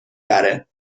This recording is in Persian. بره